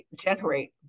generate